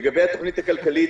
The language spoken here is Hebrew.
לגבי התוכנית הכלכלית,